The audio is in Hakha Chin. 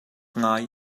ngai